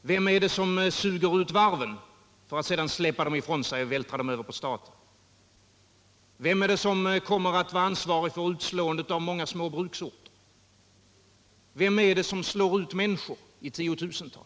Vem är det som suger ut varven för att sedan släppa dem ifrån sig och vältra över dem på staten? Vem är det som har ansvaret för utslagningen av många små bruksorter? Vem är det som slår ut människor i tiotusental?